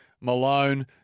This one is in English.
Malone